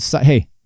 hey